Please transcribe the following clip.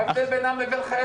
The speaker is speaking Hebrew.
מה ההבדל בינם לבין חיילים?